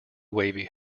wavy